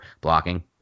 blocking